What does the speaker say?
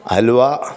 അലുവ